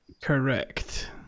Correct